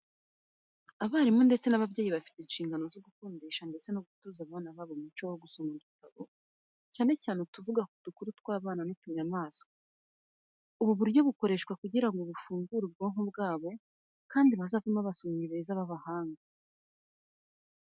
Abarimu ndetse n'ababyeyi bafite inshingano zo gukundisha ndetse no gutoza abana umuco wo gusoma udutabo cyane cyane utuvuga ku dukuru tw'abana n'utunyamaswa. Ubu buryo bukoreshwa kugira ngo bufungure ubwonko bwabo kandi bazavemo n'abasomyi beza b'abahanga.